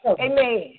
Amen